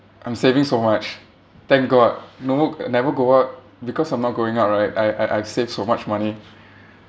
I'm saving so much thank god no wo~ never go out because I'm not going out right I I I I've saved so much money